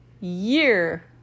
year